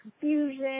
confusion